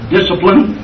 Discipline